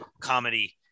comedy